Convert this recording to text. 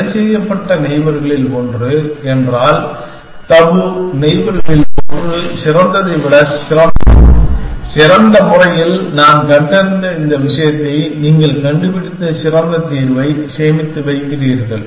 தடைசெய்யப்பட்ட நெய்பர்களில் ஒன்று என்றால் தபு நெய்பர்களில் ஒன்று சிறந்ததை விட சிறந்தது சிறந்த முறையில் நான் கண்டறிந்த இந்த விஷயத்தை நீங்கள் கண்டுபிடித்த சிறந்த தீர்வை சேமித்து வைக்கிறீர்கள்